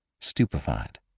stupefied